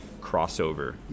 crossover